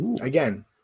Again